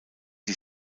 die